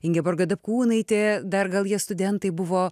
ingeborga dapkūnaitė dar gal jie studentai buvo